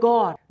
God